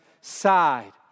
side